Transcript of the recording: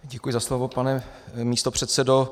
Děkuji za slovo, pane místopředsedo.